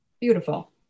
beautiful